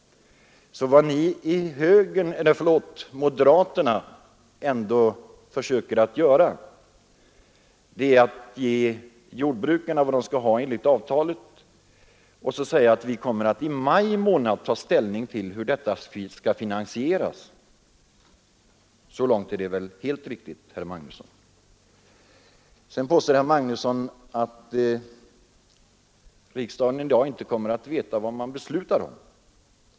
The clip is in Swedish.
Vad moderaterna försöker göra är att ge jordbrukarna vad de skall ha enligt avtalet och först i maj månad ta ställning till hur detta skall finansieras. Så långt är det väl helt riktigt, herr Magnusson. Herr Magnusson påstår vidare att riksdagen inte kommer att veta vad den i dag beslutar om.